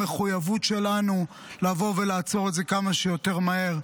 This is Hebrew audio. המחויבות שלנו לבוא ולעצור את זה כמה שיותר מהר,